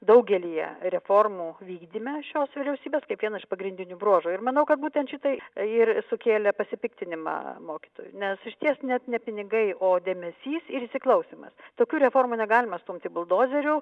daugelyje reformų vykdyme šios vyriausybės kaip vieną iš pagrindinių bruožų ir manau kad būtent šitai ir sukėlė pasipiktinimą mokytojų nes išties net ne pinigai o dėmesys ir įsiklausymas tokių reformų negalima stumti buldozeriu